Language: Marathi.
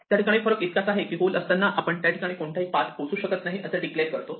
त्याठिकाणी फरक इतकाच आहे की होल असताना आपण त्या ठिकाणी कोणताही पाथ पोहोचू शकत नाही असे डिक्लेअर करतो